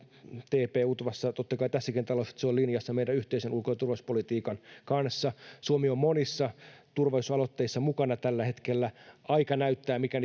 tp utvassa ja totta kai tässäkin talossa että se on linjassa meidän yhteisen ulko ja turvallisuuspolitiikan kanssa suomi on monissa turvallisuusaloitteissa mukana tällä hetkellä aika näyttää mikä